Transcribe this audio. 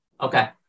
Okay